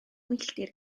milltir